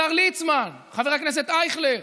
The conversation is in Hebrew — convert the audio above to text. השר ליצמן, חבר הכנסת אייכלר,